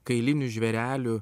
kailinių žvėrelių